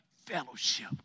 Fellowship